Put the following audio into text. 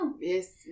Yes